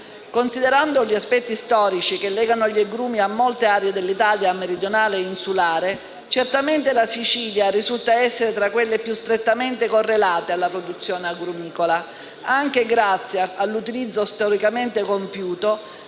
Considerando gli aspetti storici che legano gli agrumi a molte aree dell'Italia meridionale e insulare, certamente la Sicilia risulta essere tra quelle più strettamente correlate alla produzione agrumicola, anche grazie all'utilizzo storicamente compiuto